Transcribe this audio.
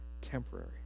temporary